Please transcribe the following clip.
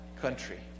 country